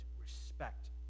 respect